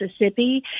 Mississippi